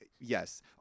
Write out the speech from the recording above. Yes